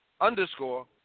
underscore